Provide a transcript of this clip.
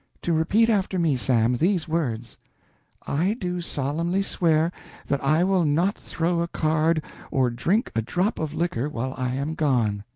to repeat after me, sam, these words i do solemnly swear that i will not throw a card or drink a drop of liquor while i am gone.